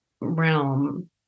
realm